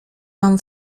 mam